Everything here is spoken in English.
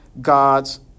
God's